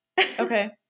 okay